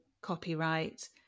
copyright